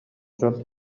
дьон